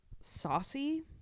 saucy